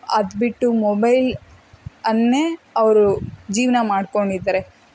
ಅದುಬಿಟ್ಟು ಮೊಬೈಲನ್ನೇ ಅವರು ಜೀವನ ಮಾಡಿಕೊಂಡಿದ್ದಾರೆ